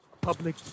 Public